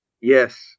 Yes